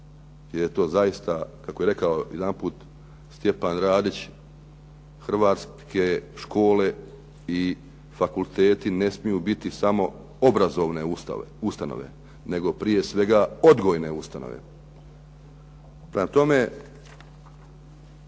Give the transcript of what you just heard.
jer je to zaista, kako je rekao jedanput Stjepan Radić, hrvatske škole i fakulteti ne smiju biti samo obrazovne ustanove, nego prije svega odgojne ustanove.